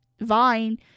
vine